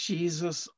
Jesus